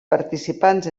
participants